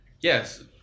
yes